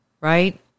right